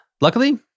Luckily